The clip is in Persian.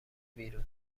بیرون